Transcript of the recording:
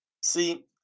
See